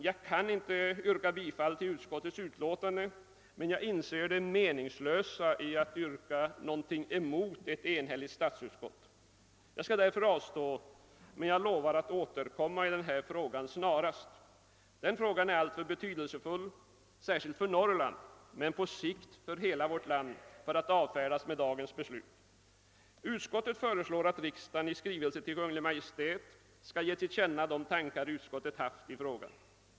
Jag kan inte yrka bifall till utskottets hemställan, men jag inser det meningslösa i att ställa något yrkande mot ett enhälligt statsutskott. Jag avstår därför från detta, men jag lovar att snarast återkomma i frågan. Den är alltför betydelsefull, särskilt för Norrland och på sikt sett för hela vårt land, för att avfärdas med dagens beslut. Utskottet föreslår att riksdagen i skrivelse till Kungl Maj:t skall ge till känna vad ut-. skottet anfört i frågan.